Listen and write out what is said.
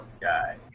guy